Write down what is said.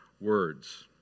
words